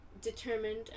determined